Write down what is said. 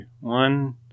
One